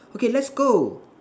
okay let's go